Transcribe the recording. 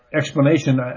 explanation